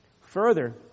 Further